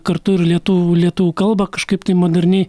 kartu ir lietuvių lietuvių kalba kažkaip tai moderniai